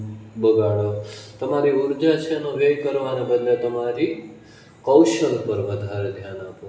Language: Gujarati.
બગાડો તમારી ઉર્જા છે એનો વ્યય કરવાને બદલે તમારી કૌશલ પર વધારે ધ્યાન આપો